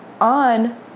on